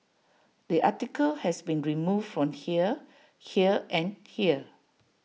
the article has been removed from here here and here